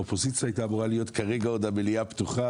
האופוזיציה כרגע עוד הייתה אמורה להיות המליאה פתוחה